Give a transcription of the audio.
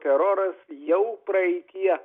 teroras jau praeityje